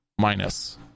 minus